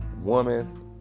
woman